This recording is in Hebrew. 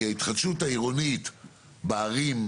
כי ההתחדשות העירונית בערים,